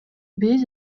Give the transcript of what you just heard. биз